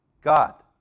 God